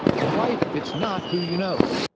in life, it's not who you know.